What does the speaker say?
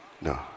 No